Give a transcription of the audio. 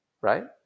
right